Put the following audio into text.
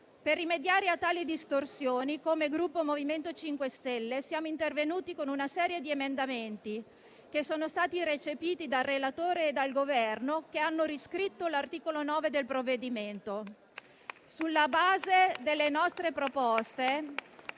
Per rimediare a tali distorsioni, come Gruppo MoVimento 5 Stelle siamo intervenuti con una serie di emendamenti che sono stati recepiti dal relatore e dal Governo, che hanno riscritto l'articolo 9 del provvedimento. Sulla base delle nostre proposte,